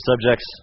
subjects